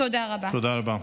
תודה רבה.